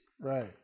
Right